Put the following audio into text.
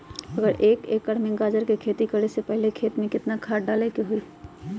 अगर एक एकर में गाजर के खेती करे से पहले खेत में केतना खाद्य डाले के होई?